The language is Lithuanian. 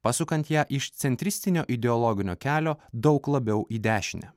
pasukant ją iš centristinio ideologinio kelio daug labiau į dešinę